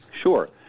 Sure